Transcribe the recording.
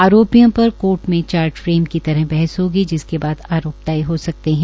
आरोपयिों पर कोर्ट में charge frame की तरह बहस होगी जिसके बाद आरोप तय हो सकते है